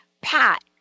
Pat